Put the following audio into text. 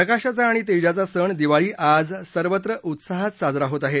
प्रकाशाचा आणि तेजाचा सण दिवाळी आज सर्वत्र उत्साहात साजरा होत आहे